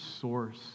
source